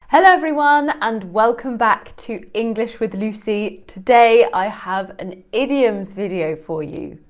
hello everyone, and welcome back to english with lucy. today, i have an idioms video for you.